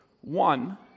one